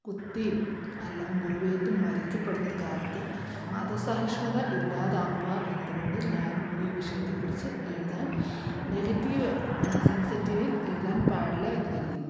കുത്തിയും അല്ല മുറിവേറ്റും മരിക്കപ്പെടുന്നൊരു കാലത്ത് മതസഹിഷ്ണുത ഇല്ലാതാക്കുക എന്നതു കൊണ്ട് ഞാൻ ഈ വിഷയത്തെക്കുറിച്ച് എഴുതാൻ നെഗറ്റീവ് സെൻസിറ്റീവിൽ എഴുതാൻ പാടില്ല എന്നു കരുതുന്നു